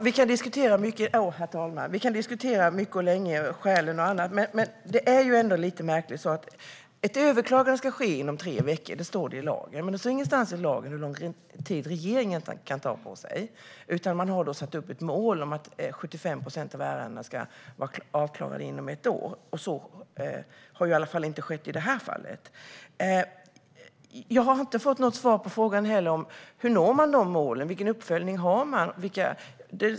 Herr talman! Vi kan diskutera mycket och länge skälen och så vidare. Men det är ändå lite märkligt; ett överklagande ska enligt lagen ske inom tre veckor, men det står ingenstans i lagen hur lång tid regeringen kan ta på sig, utan man har satt upp ett mål om att 75 procent av ärendena ska vara avklarade inom ett år. Så har i alla fall inte skett i det här fallet. Jag har inte fått något svar på frågan om hur målen nås eller vilken uppföljning som sker.